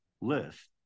list